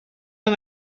and